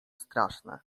straszne